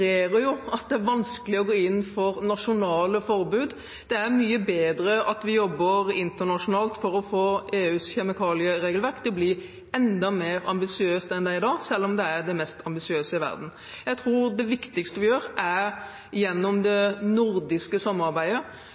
at det er vanskelig å gå inn for nasjonale forbud. Det er mye bedre at vi jobber internasjonalt for at EUs kjemikalieregelverk blir enda mer ambisiøst enn det er i dag, selv om dette er det mest ambisiøse i verden. Jeg tror det viktigste vi gjør, er gjennom det nordiske samarbeidet.